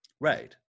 Right